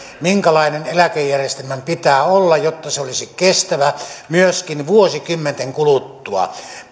minkälainen eläkejärjestelmän pitää olla jotta se olisi kestävä myöskin vuosikymmenten kuluttua